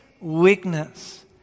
weakness